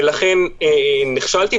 ולכן נכשלתי.